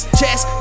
chest